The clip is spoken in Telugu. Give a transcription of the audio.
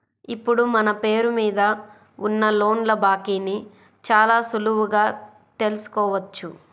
ఇప్పుడు మన పేరు మీద ఉన్న లోన్ల బాకీని చాలా సులువుగా తెల్సుకోవచ్చు